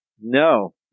No